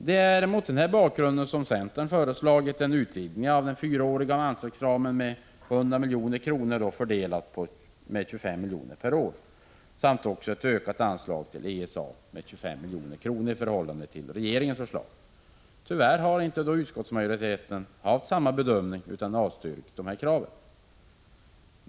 Det är mot den här bakgrunden centern har föreslagit en utvidgning av den fyraåriga anslagsramen med 100 milj.kr., fördelade med 25 milj.kr. per år, samt ett ökat anslag till ESA med 25 milj.kr. i förhållande till regeringens förslag. Tyvärr har utskottsmajoriteten inte gjort samma bedömning utan avstyrkt våra krav.